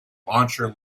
launcher